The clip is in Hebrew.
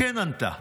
"כן", ענתה,